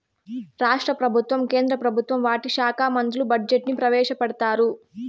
రాష్ట్ర ప్రభుత్వం కేంద్ర ప్రభుత్వం వాటి శాఖా మంత్రులు బడ్జెట్ ని ప్రవేశపెడతారు